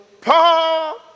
Paul